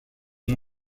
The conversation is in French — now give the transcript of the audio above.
nom